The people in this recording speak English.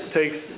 takes